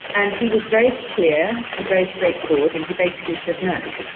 and he was very clear and very straightforward. and he basically said, no,